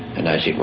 and i said,